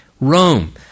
Rome